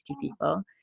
people